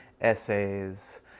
essays